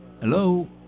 Hello